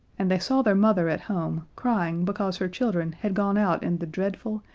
and they saw their mother at home crying because her children had gone out in the dreadful,